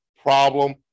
problem